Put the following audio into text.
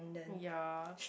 ya